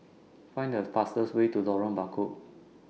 Find The fastest Way to Lorong Bachok